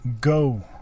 go